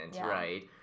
right